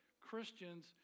Christians